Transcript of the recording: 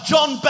John